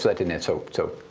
like didn't answer. so